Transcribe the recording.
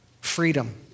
freedom